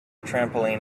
trampoline